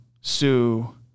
Sue